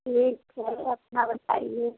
ठीक है अपना बताइए